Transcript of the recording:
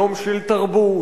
יום של תרבות,